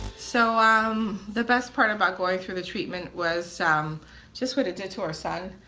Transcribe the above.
so um the best part about going through the treatment was um just what it did to our son,